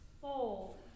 Fold